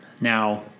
now